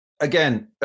again